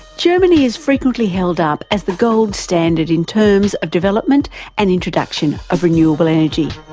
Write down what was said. germany is frequently held up as the gold standard in terms of development and introduction of renewable energy.